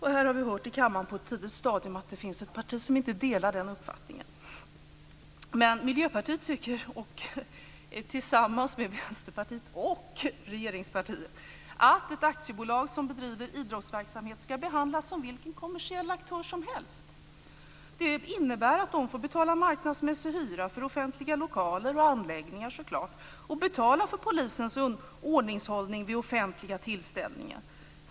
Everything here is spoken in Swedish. I kammaren har vi på ett tidigt stadium hört att det finns ett parti som inte delar den uppfattningen. Men Miljöpartiet tillsammans med Vänsterpartiet och regeringspartiet tycker att ett aktiebolag som bedriver idrottsverksamhet ska behandlas som vilken kommersiell aktör som helst. Det innebär att man får betala marknadsmässig hyra för offentliga lokaler och anläggningar och betala för polisens ordningshållning vid offentliga tillställningar.